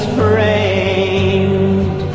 framed